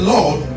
Lord